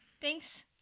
Thanks